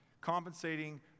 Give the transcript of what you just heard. compensating